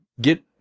get